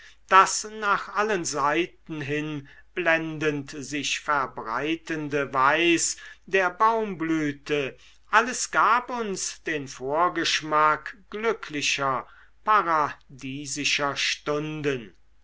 das nach allen seiten hin blendend sich verbreitende weiß der baumblüte alles gab uns den vorschmack glücklicher paradiesischer stunden